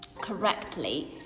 correctly